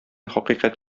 хакыйкать